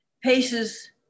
paces